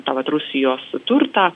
tą vat rusijos turtą